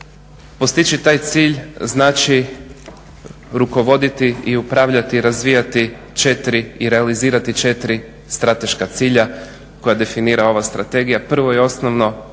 Postići taj cilj znači rukovoditi i upravljati, razvijati i realizirati 4 strateška cilja koja definira ova strategija. Prvo i osnovno